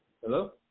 Hello